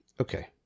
Okay